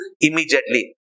immediately